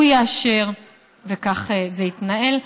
הוא יאשר וכך זה יתנהל.